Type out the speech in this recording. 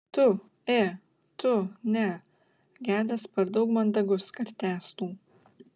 tu ė tu ne gedas per daug mandagus kad tęstų